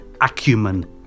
acumen